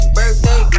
birthday